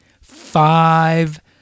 Five